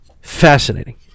fascinating